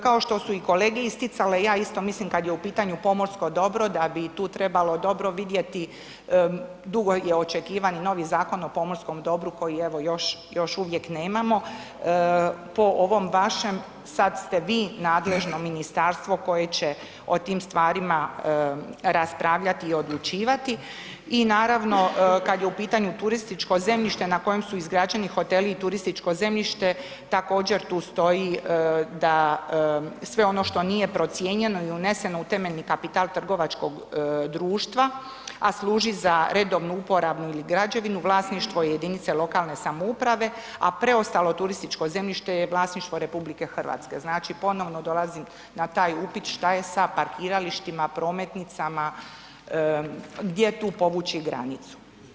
Kao što su i kolegi isticale, ja isto mislim kad je u pitanju pomorsko dobro da bi tu trebalo dobro vidjeti, dugo je očekivani novi Zakon o pomorskom dobru koji evo još, još uvijek nemamo, po ovom vašem sad ste vi nadležno ministarstvo koje će o tim stvarima raspravljati i odlučivati i naravno kad je u pitanju turističko zemljište na kojem su izgrađeni hoteli i turističko zemljište također tu stoji da sve ono što nije procijenjeno i uneseno u temeljni kapital trgovačkog društva, a služi za redovnu uporabnu ili građevinu, vlasništvo je jedinice lokalne samouprave, a preostalo turističko zemljište je vlasništvo RH, znači ponovno dolazim na taj upit šta je sa parkiralištima, prometnicama, gdje tu povući granicu?